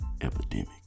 Epidemic